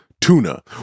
tuna